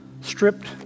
stripped